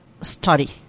study